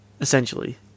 Essentially